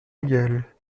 égal